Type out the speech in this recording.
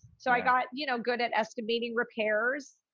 so i got you know good at estimating repairs